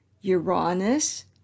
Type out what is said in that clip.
Uranus